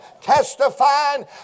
testifying